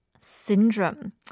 syndrome